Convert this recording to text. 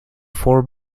four